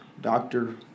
Doctor